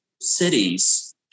cities